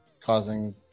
causing